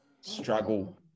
struggle